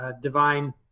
divine